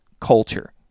culture